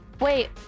wait